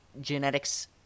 genetics